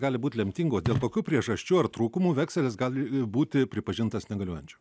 gali būt lemtingos dėl kokių priežasčių ar trūkumų vekselis gali būti pripažintas negaliojančiu